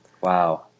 Wow